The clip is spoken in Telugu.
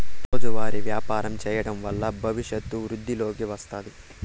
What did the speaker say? రోజువారీ వ్యాపారం చేయడం వల్ల భవిష్యత్తు వృద్ధిలోకి వస్తాది